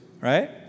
right